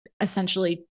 essentially